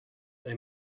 they